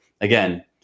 Again